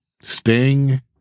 Sting